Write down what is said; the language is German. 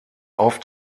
auf